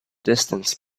distance